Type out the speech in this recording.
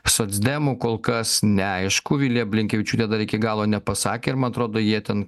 socdemų kol kas neaišku vilija blinkevičiūtė dar iki galo nepasakė ir man atrodo jie ten